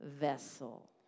vessel